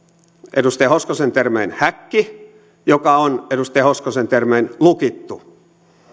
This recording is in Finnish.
edustaja hoskosen termein häkki joka on edustaja hoskosen termein lukittu